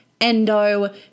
endo